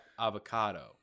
Avocado